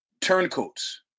turncoats